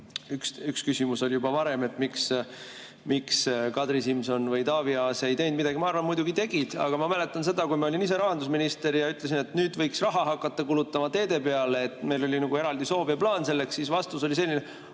Üks küsimus oli juba varem, et miks Kadri Simson või Taavi Aas midagi ei teinud. Ma arvan, et muidugi tegid. Aga ma mäletan seda, kui ma olin ise rahandusminister ja ütlesin, et nüüd võiks hakata raha kulutama teede peale, meil oli nagu eraldi soov ja plaan selleks, siis vastus oli selline: